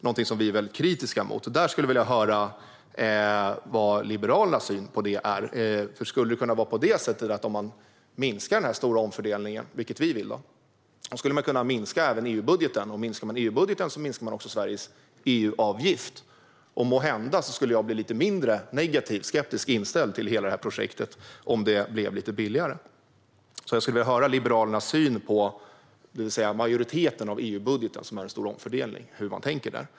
Det är något vi är kritiska mot. Där skulle jag vilja höra vad Liberalernas syn är. Om man minskar den stora omfördelningen, vilket vi vill, kan man även minska EU-budgeten. Om man minskar EU-budgeten minskar man också Sveriges EU-avgift. Måhända skulle jag bli lite mindre negativ och skeptiskt inställd till hela projektet om det blev lite billigare. Jag skulle vilja höra Liberalernas syn på den stora omfördelningen i majoriteten av EU-budgeten.